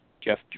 Jeff